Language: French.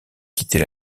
quitter